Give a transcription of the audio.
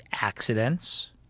accidents